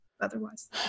otherwise